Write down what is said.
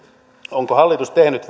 onko hallitus tehnyt